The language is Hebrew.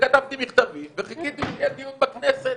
וכתבתי מכתבים וחיכיתי שיהיה דיון בכנסת.